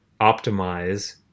optimize